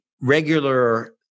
regular